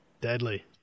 Deadly